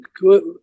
good